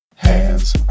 Hands